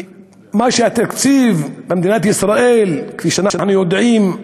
התקציב במדינת ישראל, כפי שאנחנו יודעים,